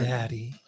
Daddy